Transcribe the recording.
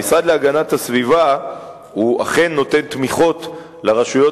המשרד להגנת הסביבה אכן נותן תמיכות לרשויות